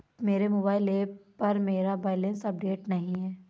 मेरे mobile app पर मेरा बैलेंस अपडेट नहीं है